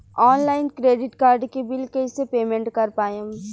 Online credit card के bill कइसे payment कर पाएम?